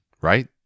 right